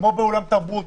כמו באולם תרבות,